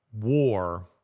war